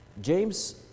James